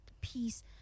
peace